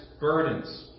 burdens